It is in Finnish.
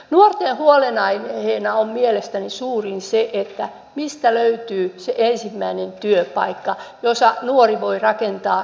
nuorten huolenaiheista on mielestäni suurin se mistä löytyy se ensimmäinen työpaikka mistä nuori voi rakentaa elämäänsä